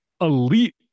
elite